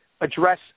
address